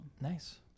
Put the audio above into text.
Nice